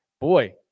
boy